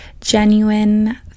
genuine